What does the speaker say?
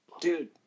dude